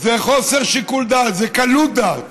זה חוסר שיקול דעת,